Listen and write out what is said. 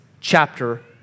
chapter